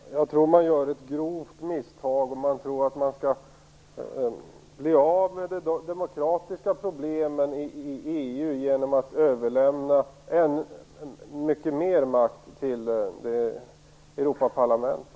Fru talman! Jag tror att man gör ett grovt misstag om man tror att man blir av med de demokratiska problemen i EU genom att överlämna mycket mer makt till Europaparlamentet.